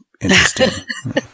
Interesting